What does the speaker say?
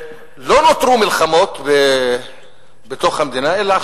לא נותרו מלחמות בתוך המדינה אלא,